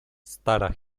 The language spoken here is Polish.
stara